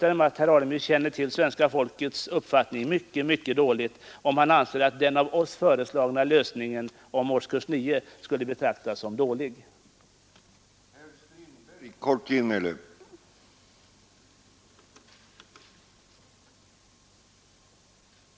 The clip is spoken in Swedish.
Herr Alemyr känner verkligen mycket litet till svenska folkets uppfattning i denna fråga, om han anser att den av folkpartiet föreslagna lösningen beträffande årskurs 9 skulle betraktas som så dålig att ingen ville ha den.